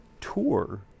tour